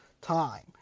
time